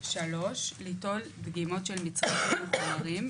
ליטול דגימות של מצרכים וחומרים,